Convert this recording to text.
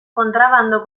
kontrabando